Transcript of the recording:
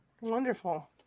wonderful